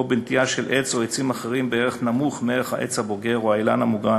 או בנטיעה של עץ או עצים אחרים בערך נמוך מערך העץ הבוגר או האילן המוגן